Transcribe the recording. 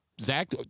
Zach